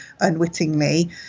unwittingly